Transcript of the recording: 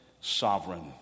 sovereign